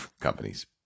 companies